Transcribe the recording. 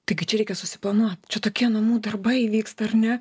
tai gi čia reikia susiplanuot čia tokie namų darbai vyksta ar ne